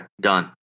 Done